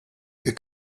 her